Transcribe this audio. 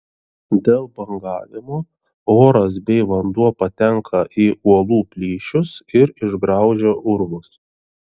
dėl bangavimo oras bei vanduo patenka į uolų plyšius ir išgraužia urvus